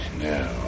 now